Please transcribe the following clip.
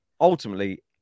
ultimately